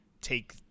take